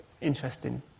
Interesting